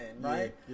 right